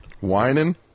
Whining